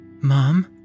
Mom